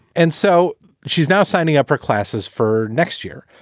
and so she's now signing up for classes for next year.